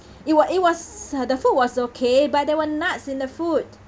it were it was uh the food was okay but there were nuts in the food